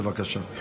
בבקשה.